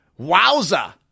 Wowza